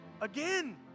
again